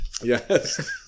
Yes